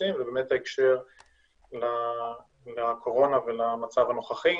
עושים ובאמת בהקשר לקורונה ולמצב הנוכחי.